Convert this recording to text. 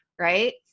right